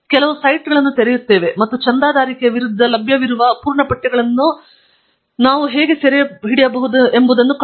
ನಾವು ಕೆಲವು ಸೈಟ್ಗಳನ್ನು ತೆರೆಯುತ್ತೇವೆ ಮತ್ತು ಚಂದಾದಾರಿಕೆಯ ವಿರುದ್ಧ ಲಭ್ಯವಿರುವ ಪೂರ್ಣ ಪಠ್ಯಗಳನ್ನು ನಾವು ಹೇಗೆ ಸೆರೆಹಿಡಿಯಬಹುದು ಎಂಬುದನ್ನು ನೋಡಿ